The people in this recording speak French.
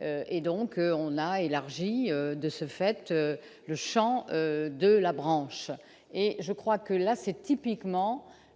et donc on a élargi, de ce fait, le Champ de la branche et je crois que là c'est typiquement